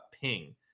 ping